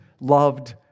loved